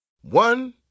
One